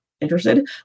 interested